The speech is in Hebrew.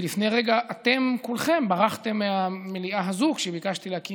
כי לפני רגע אתם כולכם ברחתם מהמליאה הזאת כשביקשתי להקים